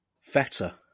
Feta